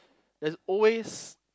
there's always